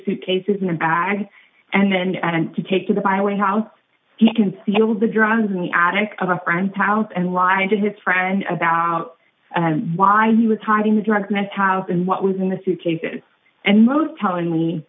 suitcases in a bag and then and to take to the byway house he concealed the drugs in the attic of a friend's house and lied to his friend about why he was hiding the drugs mess house and what was in the suitcase and most telling me